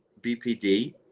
bpd